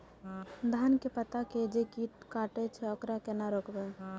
धान के पत्ता के जे कीट कटे छे वकरा केना रोकबे?